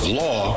law